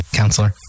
counselor